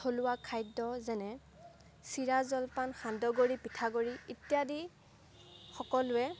থলুৱা খাদ্য যেনে চিৰা জলপান সান্দহগুড়ি পিঠাগুড়ি ইত্যাদি সকলোৱে